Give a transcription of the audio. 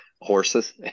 horses